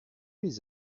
les